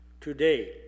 today